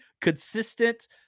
consistent